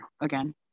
again